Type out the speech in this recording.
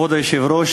כבוד היושב-ראש,